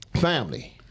family